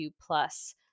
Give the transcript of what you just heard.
plus